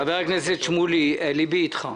חבר הכנסת שמולי, לבי איתך,